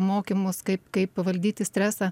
mokymus kaip kaip valdyti stresą